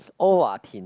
Ovaltine